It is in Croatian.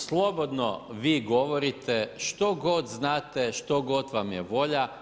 Slobodno vi govorite što god znate, što god vam je volja.